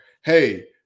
hey